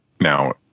Now